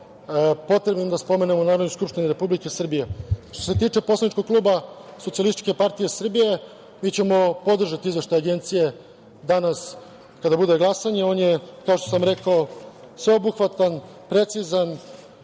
potrebnim da spomenem u Narodnoj skupštini Republike Srbije. Što se tiče poslaničkog klupa SPS, mi ćemo podržati izveštaj Agencije danas kada bude glasanje. On je kao što sam rekao, sveobuhvatan, precizan,